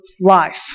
life